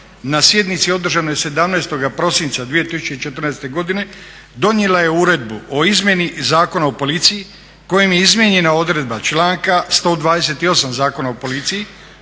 na sjednici održanoj 17. prosinca 2014. godine donijela je Uredbu o izmjeni Zakona o policiji kojom je izmijenjena odredba članka 128. Zakona o policiji,